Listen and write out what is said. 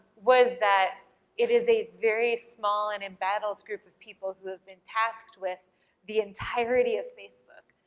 was that it is a very small and embattled group of people who have been tasked with the entirety of facebook,